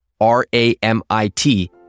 R-A-M-I-T